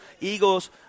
Eagles